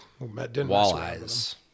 Walleyes